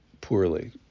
poorly